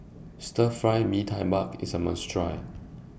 Stir Fried Mee Tai Mak IS A must Try